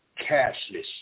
cashless